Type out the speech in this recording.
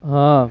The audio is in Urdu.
ہاں